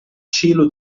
cielo